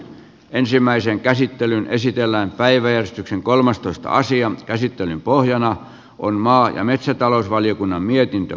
ensimmäisen käsittelyn esitellään päiväjärjestyksen kolmastoista asian käsittelyn pohjana on maa ja metsätalousvaliokunnan mietintö